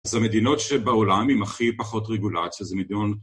אז המדינות שבעולם עם הכי פחות רגולציה זה מדיון...